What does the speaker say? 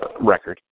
record